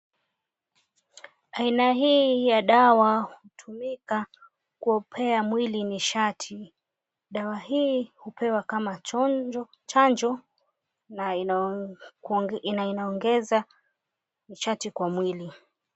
Aina hii ya dawa hutumika kupea mwili mishati. Dawa hii hupewa kama chanjo na inaongeza uchachi kwa mwili.